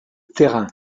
terrain